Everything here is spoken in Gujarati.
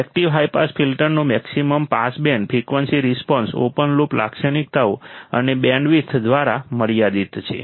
એકટીવ હાઈ પાસ ફિલ્ટરનો maximum pass band frequency response open loop લાક્ષણિકતાઓ અને બેન્ડવિડ્થ દ્વારા મર્યાદિત છે